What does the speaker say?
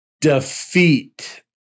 Defeat